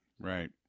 Right